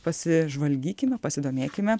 pasižvalgykime pasidomėkime